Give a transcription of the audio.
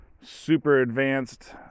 super-advanced